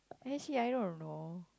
actually I don't know